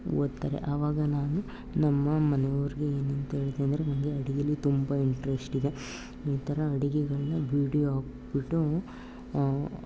ಓದ್ತಾರೆ ಆವಾಗ ನಾನು ನಮ್ಮ ಮನೆಯವ್ರಿಗೆ ಏನಂತ ಹೇಳ್ದೆ ಅಂದರೆ ನನಗೆ ಅಡಿಗೇಲಿ ತುಂಬ ಇಂಟ್ರಶ್ಟ್ ಇದೆ ಈ ಥರ ಅಡುಗೆಗಳನ್ನ ವೀಡಿಯೋ ಹಾಕ್ಬಿಟ್ಟು